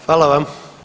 Hvala vam.